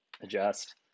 adjust